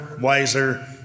wiser